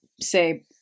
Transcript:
say